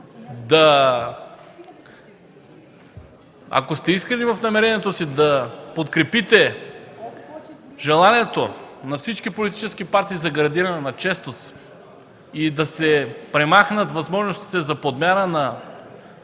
сте искрени в намерението си да подкрепите желанието на всички политически партии за гарантиране на честност и да се премахнат възможностите за подмяна на